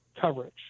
coverage